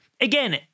again